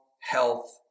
health